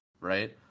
right